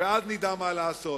ואז נדע מה לעשות.